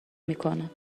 میکنم